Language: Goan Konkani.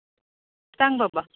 सांग बाबा